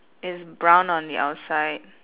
it's brown on the outside